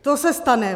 To se stane.